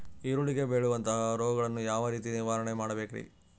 ಈರುಳ್ಳಿಗೆ ಬೇಳುವಂತಹ ರೋಗಗಳನ್ನು ಯಾವ ರೇತಿ ನಾವು ನಿವಾರಣೆ ಮಾಡಬೇಕ್ರಿ?